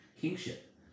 Kingship